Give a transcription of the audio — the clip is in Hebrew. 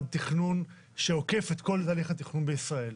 תכנון שעוקף את כל תהליך התכנון בישראל.